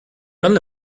only